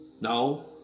No